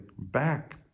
back